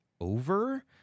over